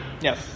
Yes